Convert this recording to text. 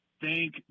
Thank